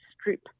strip